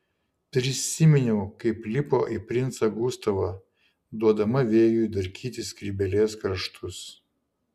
prisiminiau kaip lipo į princą gustavą duodama vėjui darkyti skrybėlės kraštus